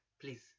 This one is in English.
please